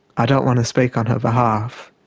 i don't want to speak on her behalf,